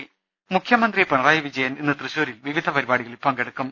ദർവ്വെട്ടറ മുഖ്യമന്ത്രി പിണറായി വിജയൻ ഇന്ന് തൃശൂരിൽ വിവിധ പരിപാടിക ളിൽ പങ്കെടുക്കും